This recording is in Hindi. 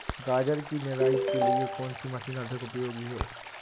गाजर की निराई के लिए कौन सी मशीन अधिक उपयोगी है?